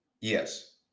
yes